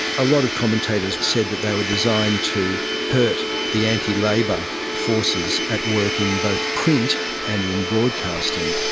a lot of commentators said that they were designed to hurt the anti-labor forces at work in both print and in broadcasting.